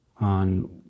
on